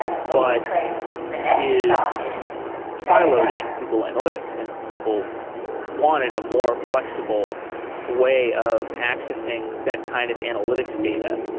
but is siloed in google analytics, and people wanted a more flexible way of accessing that kind of analytics data.